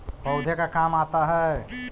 पौधे का काम आता है?